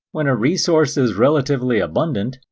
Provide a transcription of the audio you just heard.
when a resource is relatively abundant,